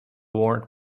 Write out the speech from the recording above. warrant